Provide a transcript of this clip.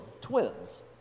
twins